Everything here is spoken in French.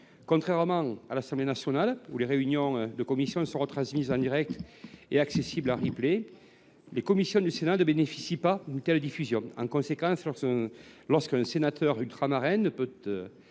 Contrairement à l’Assemblée nationale, où les réunions de commission sont retransmises en direct et accessibles en différé, les réunions de commissions du Sénat ne bénéficient pas de telles diffusions. Par conséquent, lorsqu’un sénateur ultramarin ne peut